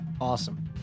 Awesome